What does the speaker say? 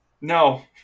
No